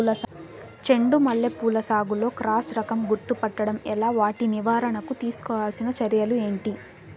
చెండు మల్లి పూల సాగులో క్రాస్ రకం గుర్తుపట్టడం ఎలా? వాటి నివారణకు తీసుకోవాల్సిన చర్యలు ఏంటి?